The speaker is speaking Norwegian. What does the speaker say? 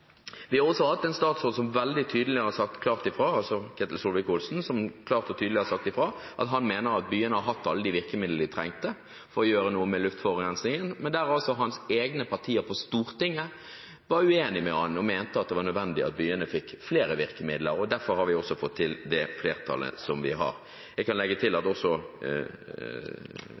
Vi har også hatt en statsråd, altså Ketil Solvik-Olsen, som klart og tydelig har sagt ifra om at han mener at byene har hatt alle de virkemidlene de trengte for å gjøre noe med luftforurensningen, men der hans egne regjeringspartier på Stortinget var uenig med ham og mente at det var nødvendig at byene fikk flere virkemidler. Derfor har vi også fått til det flertallet som vi har. Jeg kan legge til at